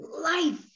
Life